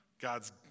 God's